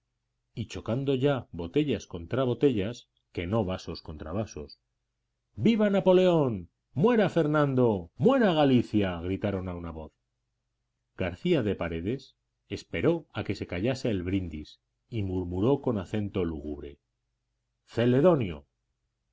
y chocando ya botellas contra botellas que no vasos contra vasos viva napoleón muera fernando muera galicia gritaron a una voz garcía de paredes esperó a que se acallase el brindis y murmuró con acento lúgubre celedonio